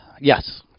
Yes